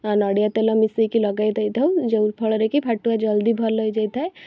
ଓ ନଡ଼ିଆ ତେଲ ମିଶେଇକି ଲଗେଇ ଦେଇଥାଉ ଯେଉଁଫଳରେ କି ଫାଟୁଆ ଜଲ୍ଦି ଭଲ ହେଇଯାଇଥାଏ